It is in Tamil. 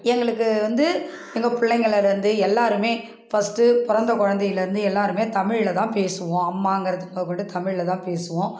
எங்களுக்கு வந்து எங்கள் பிள்ளைங்கள்லருந்து எல்லாருமே ஃபஸ்ட் பிறந்த குழந்தைலருந்து எல்லாருமே தமிழ்ல தான் பேசுவோம் அம்மாங்கிறதுக்க கூட தமிழ்ல தான் பேசுவோம்